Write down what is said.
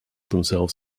themselves